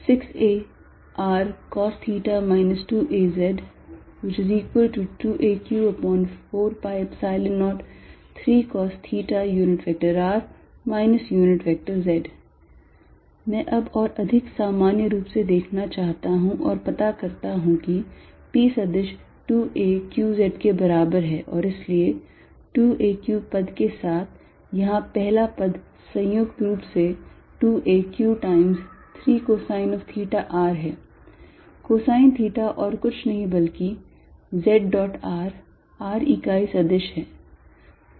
Erq4π0r36arcosθ 2az2aq4π03cosθr z मैं अब और अधिक सामान्य रूप देखना चाहता हूं और पता करता हूं कि p सदिश 2 a q z के बराबर है और इसलिए 2 aq पद के साथ यहाँ पहला पद संयुक्त रूप से 2 a q times 3 cosine of theta r है cosine theta और कुछ नहीं बल्कि z dot r r इकाई सदिश है